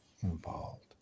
involved